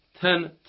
ten